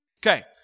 Okay